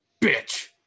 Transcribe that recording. bitch